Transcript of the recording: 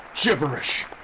gibberish